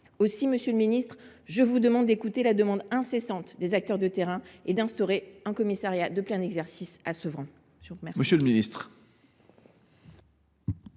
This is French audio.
Aussi, monsieur le secrétaire d’État, je vous demande d’écouter la demande incessante des acteurs de terrain et d’instaurer un commissariat de plein exercice à Sevran. La parole est